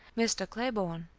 mr. claiborne,